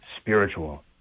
spiritual